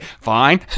Fine